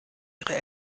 ihre